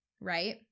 right